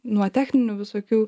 nuo techninių visokių